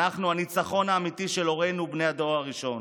אנחנו הניצחון האמיתי של הורינו, בני הדור הראשון.